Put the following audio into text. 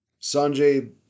Sanjay